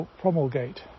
promulgate